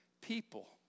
people